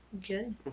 Good